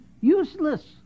useless